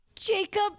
Jacob